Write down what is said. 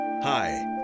Hi